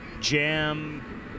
jam